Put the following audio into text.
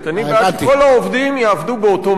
אני בעד שכל העובדים יעבדו באותו מעמד.